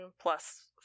plus